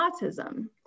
autism